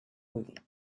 rügen